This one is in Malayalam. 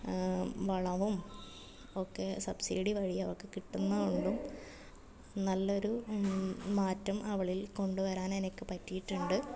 വളവും ഒക്കെ സബ്സിഡി വഴി അവർക്ക് കിട്ടുന്നതുകൊണ്ടും നല്ലൊരു മാറ്റം അവളിൽ കൊണ്ടുവരാൻ എനിക്ക് പറ്റിയിട്ടുണ്ട്